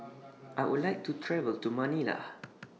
I Would like to travel to Manila